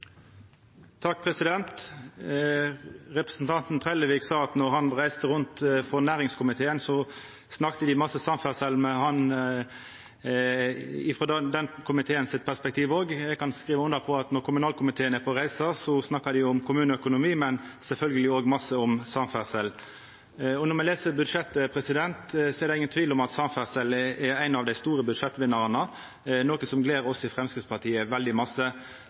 Representanten Trellevik sa at når han reiste rundt med næringskomiteen, snakka dei masse samferdsel frå den komiteen sitt perspektiv òg. Eg kan skriva under på at når kommunalkomiteen er på reise, snakkar me om kommuneøkonomi, men sjølvsagt også masse om samferdsel. Når me les budsjettet, er det ingen tvil om at samferdsel er ein av dei store budsjettvinnarane, noko som gler oss i Framstegspartiet veldig